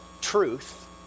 truth